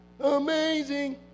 Amazing